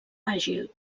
àgil